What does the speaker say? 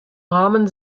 rahmen